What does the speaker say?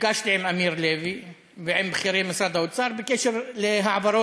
נפגשתי עם אמיר לוי ועם בכירים באוצר בקשר להעברות